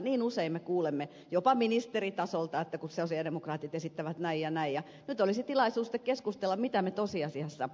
niin usein me kuulemme jopa ministeritasolta että sosialidemokraatit esittävät sitä ja tätä ja nyt olisi tilaisuus keskustella siitä mitä me tosiasiassa